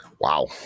wow